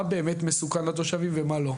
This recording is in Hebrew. מה באמת מסוכן לתושבים ומה לא.